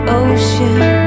ocean